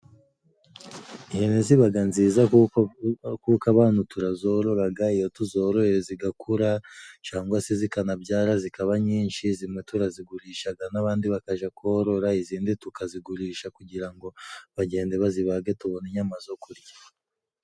Ihene zibaga nziza kuko kuko kuko abantu turazororaga, iyo tuzoroye zigakura cangwa se zikanabyara zikaba nyinshi zimwe turazigurishaga n'abandi bakaja korora, izindi tukazigurisha kugira ngo bagende bazibage tubone inyama zo kurya.